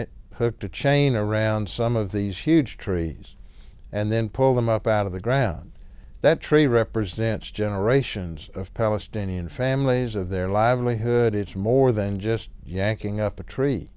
it hooked a chain around some of these huge trees and then pull them up out of the ground that tree represents generations of palestinian families of their livelihood it's more than just yanking up a tree